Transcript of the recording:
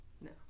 No